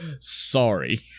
sorry